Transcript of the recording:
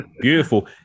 Beautiful